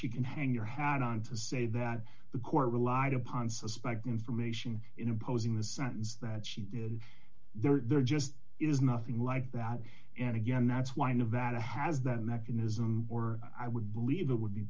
she can hang your hat on to say that the court relied upon suspect information in opposing the sentence that she did there just is nothing like that and again that's why nevada has that mechanism or i would believe it would be